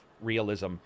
realism